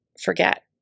forget